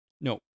No